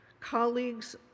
colleagues